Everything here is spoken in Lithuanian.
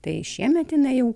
tai šiemet jinai jau